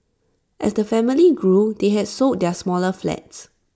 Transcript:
as the family gloom they had sold their smaller flats